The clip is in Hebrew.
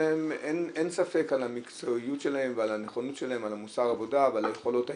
שאין ספק במקצועיות שלהם והנכונות שלהם ומוסר העבודה והיכולות האישיות.